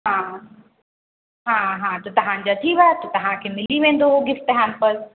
हा हा हा त तव्हांजा थी विया तव्हांखे मिली वेंदो हो गिफ़्ट हैंपर